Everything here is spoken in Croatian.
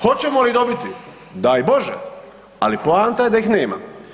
Hoćemo li dobiti, daj Bože, ali poanta je da ih nema.